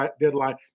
deadline